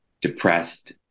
depressed